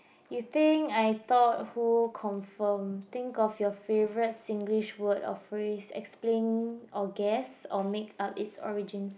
you think I thought who confirm think of your favourite Singlish word or phrase explain or guess or make up its origins